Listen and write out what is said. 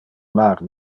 mar